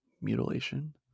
Mutilation